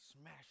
smash